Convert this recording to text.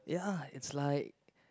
ya it's like